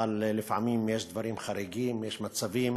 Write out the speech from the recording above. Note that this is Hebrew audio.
אבל לפעמים יש דברים חריגים, יש מצבים